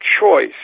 choice